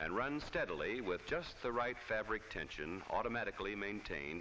and run steadily with just the right fabric tension automatically maintained